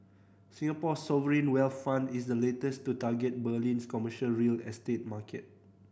Singapore's sovereign wealth fund is the latest to target Berlin's commercial real estate market